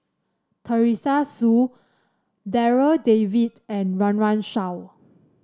Teresa Hsu Darryl David and Run Run Shaw